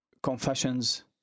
Confessions